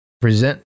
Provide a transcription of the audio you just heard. Present